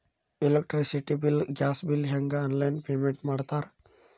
electricity bill gas bill ಹೆಂಗ online payment ಮಾಡ್ತಾರಾ